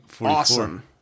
awesome